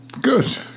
Good